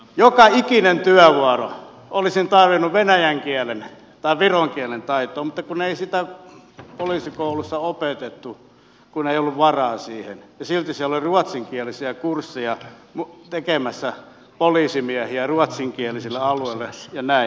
joka ikinen työvuoro olisin tarvinnut venäjän kielen tai viron kielen taitoa mutta ei sitä poliisikoulussa opetettu kun ei ollut varaa siihen ja silti siellä oli ruotsinkielisiä kursseja tekemässä poliisimiehiä ruotsinkielisille alueille ja näin